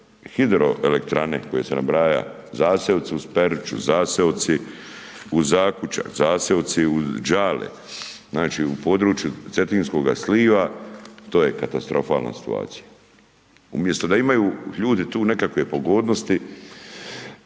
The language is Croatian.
hidroelektrane koje sam nabrajao, zaseoci uz Peruču, zaseoci uz Zakučac, zaseoci uz Đale, znači u području cetinskoga sliva, to je katastrofalna situacija. Umjesto da imaju ljudi tu nekakve pogodnosti,